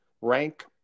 rank